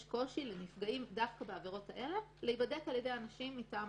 יש קושי לנפגעים בעבירות האלו להיבדק על ידי אנשים מטעם